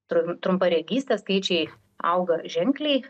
trum trumparegystės skaičiai auga ženkliai